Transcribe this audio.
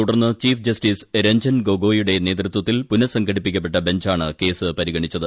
തുടർന്ന് chief justice Ranjan ഗോഗോയുടെ നേതൃത്വത്തിൽ പുനസംഘടിപ്പിക്കപ്പെട്ട ബഞ്ചാണ് കേസ് പരിഗണിച്ചത്